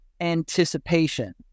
anticipation